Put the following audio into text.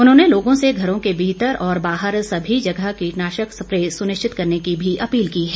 उन्होंने लोगों से घरों के भीतर और बाहर सभी जगह कीटनाशक स्प्रे सुनिश्चित करने की भी अपील की है